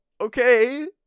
okay